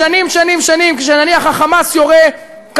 זה אלף-בית של איך לנהל מלחמה.